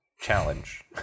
challenge